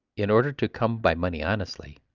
in order to come by money honestly,